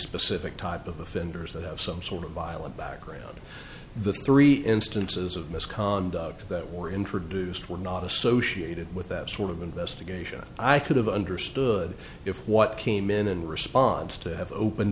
specific type of offenders that have some sort of violent background the three instances of misconduct that were introduced were not associated with that sort of investigation i could have understood if what came in and responds to have open